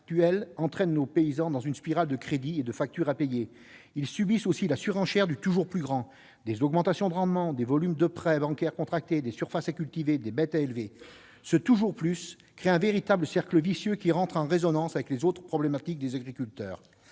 actuel entraîne nos paysans dans une spirale de crédits et de factures à payer. Ils subissent ainsi la surenchère du « toujours plus grand », qu'il s'agisse des augmentations de rendement, des volumes de prêts bancaires contractés, des surfaces à cultiver, du nombre de bêtes à élever ... Ce « toujours plus » crée un véritable cercle vicieux, qui entre en résonnance avec les autres problématiques des agriculteurs.